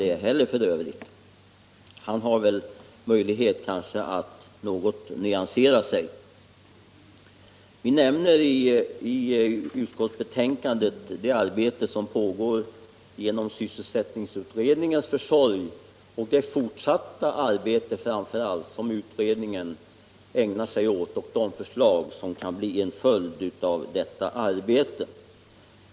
Där har ju herr Westberg också möjligheter att nyansera sig något. I utskottets betänkande nämner vi det arbete som pågår genom sysselsättningsutredningens försorg och framför allt det fortsatta arbetet som utredningen skall ägna sig åt samt de förslag som kan bli en följd av det arbetet.